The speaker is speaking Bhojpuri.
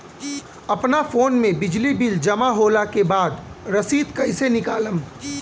अपना फोन मे बिजली बिल जमा होला के बाद रसीद कैसे निकालम?